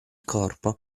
corpo